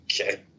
Okay